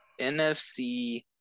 NFC